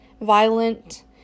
violent